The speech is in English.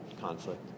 conflict